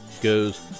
goes